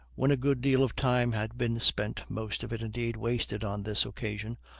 when a good deal of time had been spent, most of it indeed wasted on this occasion,